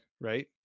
right